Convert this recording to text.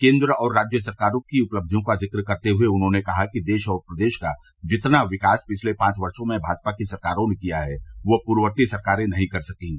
केन्द्र और राज्य सरकारों की उपलब्धियों का जिक करते हए उन्होंने कहा कि देश और प्रदेश का जितना विकास पिछले पांच वर्षो में भाजपा की सरकारों ने किया है वह पूर्ववर्ती सरकारें नहीं कर सकीं